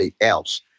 else